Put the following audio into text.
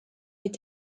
est